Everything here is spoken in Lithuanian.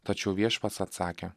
tačiau viešpats atsakė